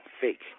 Fake